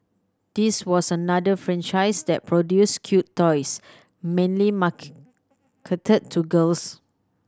this was another franchise that produced cute toys mainly marketed to girls